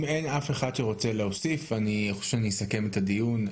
אם אין אף אחד שרוצה להוסיף אני אסכם את הדיון.